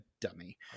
dummy